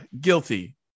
guilty